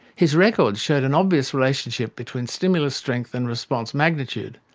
his records showed an obvious relationship between stimulus strength and response magnitude,